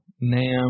Nam